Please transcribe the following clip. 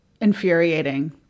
infuriating